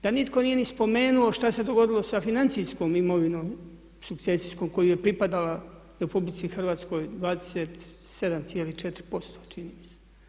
Da nitko nije ni spomenuo šta se dogodilo sa financijskom imovinom sukcesijskom koja je pripadala RH 27,4%, čini mi se.